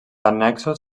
annexos